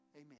Amen